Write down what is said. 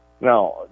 Now